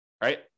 right